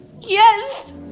Yes